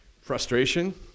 frustration